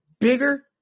bigger